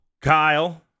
Kyle